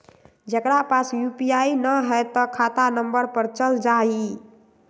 जेकरा पास यू.पी.आई न है त खाता नं पर चल जाह ई?